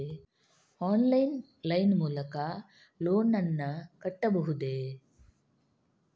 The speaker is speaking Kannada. ಆನ್ಲೈನ್ ಲೈನ್ ಮೂಲಕ ಲೋನ್ ನನ್ನ ಕಟ್ಟಬಹುದೇ?